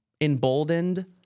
emboldened